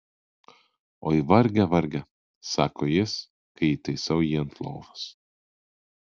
oi varge varge sako jis kai įtaisau jį ant lovos